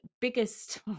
biggest